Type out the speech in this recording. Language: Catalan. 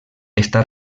està